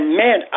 man